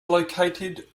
located